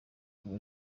kuva